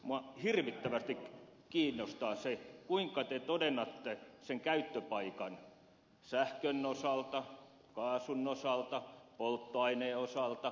minua hirvittävästi kiinnostaa se kuinka te todennatte sen käyttöpaikan sähkön osalta kaasun osalta polttoaineen osalta